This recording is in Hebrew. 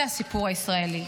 זה הסיפור הישראלי.